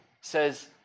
says